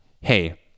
hey